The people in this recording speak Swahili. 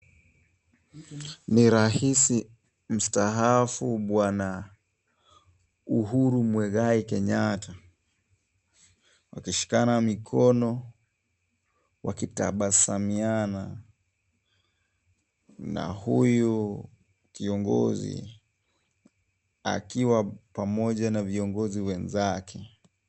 Ni rais mstaafu bwana Uhuru Muigai Kenyatta, wakishikana mikono wakitabasamiana na huyu kiongozi, akiwa pamoja na viongozi wenzake.